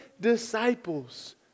disciples